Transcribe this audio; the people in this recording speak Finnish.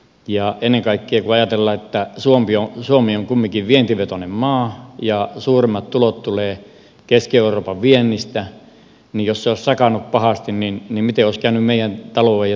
ja ennen kaikkea kun ajatellaan että suomi on kumminkin vientivetoinen maa ja suurimmat tulot tulevat keski euroopan viennistä niin jos se olisi sakannut pahasti niin miten olisi käynyt meidän talouden ja työllisyyden täällä